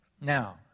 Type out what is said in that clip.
Now